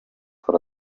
for